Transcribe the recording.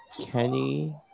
Kenny